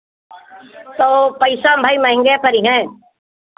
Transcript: तो पैसा में भाई महंगे परिहे